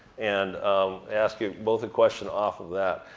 and ask you both a question off of that.